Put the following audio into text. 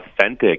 authentic